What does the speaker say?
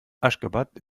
aşgabat